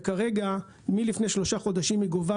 וכרגע מלפני שלושה חודשים היא גובה